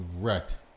wrecked